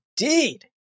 Indeed